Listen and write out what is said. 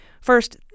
First